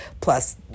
plus